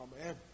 Amen